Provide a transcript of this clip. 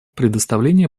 предоставление